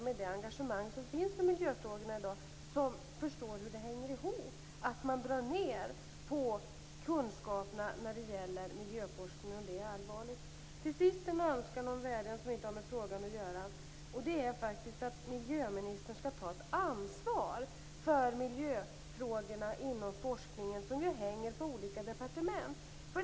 Med det engagemang som finns för miljöfrågorna i dag är det ingen normal människa som förstår hur det hänger ihop att man drar ned på kunskaperna i miljöforskningen. Det är allvarligt. Till sist har jag en vädjan som inte har med frågan att göra. Jag önskar att miljöministern tog ansvar för miljöfrågorna inom forskningen. I dag ligger de på olika departement.